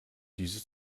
diese